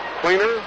Cleaner